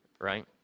right